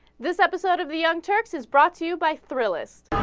this episode of young turks is brought to you by thrillers